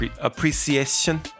appreciation